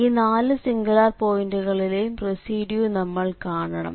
ഈ നാല് സിംഗുലാർ പോയിന്റുകളിലെയും റെസിഡ്യൂ നമ്മൾ കാണണം